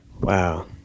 Wow